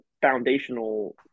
foundational